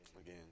Again